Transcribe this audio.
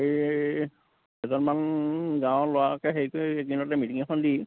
এই কেইজনমান গাঁৱৰ ল'ৰাকে হেৰি কৰি একদিনতে মিটিং এখন দি